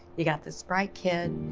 you got this bright kid,